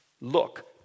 Look